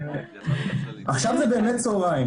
למשרד יש מנעד רחב מאוד מאוד של כלים